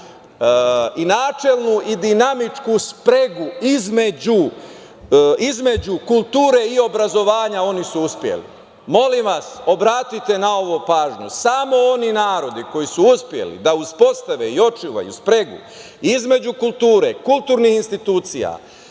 i načelnu i dinamičku spregu između kulture i obrazovanja oni su uspeli. Molim vas, obratite na ovo pažnju, samo oni narodi koji su uspeli da uspostave i očuvaju spregu između kulture, kulturnih institucija,